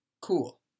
Cool